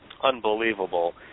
unbelievable